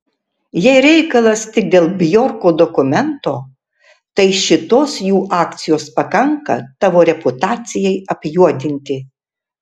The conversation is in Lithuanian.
jei reikalas tik dėl bjorko dokumento tai šitos jų akcijos pakanka tavo reputacijai apjuodinti